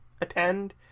attend